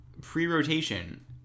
pre-rotation